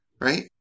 Right